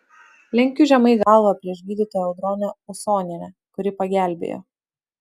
lenkiu žemai galvą prieš gydytoją audronę usonienę kuri pagelbėjo